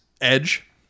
Edge